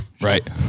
Right